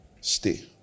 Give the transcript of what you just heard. stay